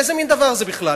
איזה מין דבר זה בכלל?